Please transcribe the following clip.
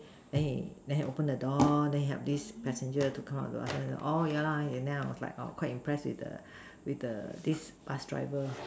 then he then he open the door then he help this passenger to come up the bus orh ya lah then I was like quite impress with the with the this bus driver